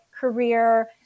career